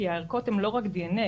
כי הערכות הן לא רק דנ"א,